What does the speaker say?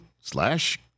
slash